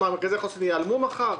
מה, "מרכזי חוסן" ייעלמו מחר?